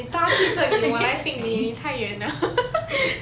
你搭 Grab 我来 pick 你你太远 liao